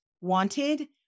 wanted